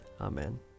Amen